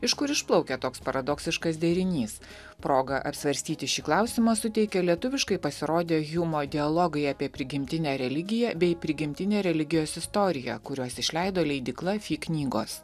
iš kur išplaukia toks paradoksiškas derinys progą apsvarstyti šį klausimą suteikė lietuviškai pasirodę hjumo dialogai apie prigimtinę religiją bei prigimtinę religijos istoriją kuriuos išleido leidykla phi knygos